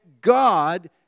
God